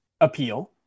appeal